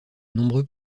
nombreux